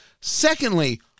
Secondly